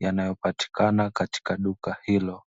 yanayopatikana katika duka hilo.